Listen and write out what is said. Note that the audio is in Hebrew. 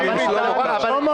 לא נוכחת אחמד